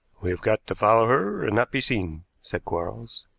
we have got to follow her and not be seen, said quarles.